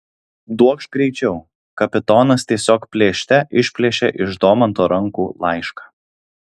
duokš greičiau kapitonas tiesiog plėšte išplėšė iš domanto rankų laišką